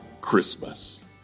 Christmas